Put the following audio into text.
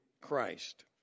Christ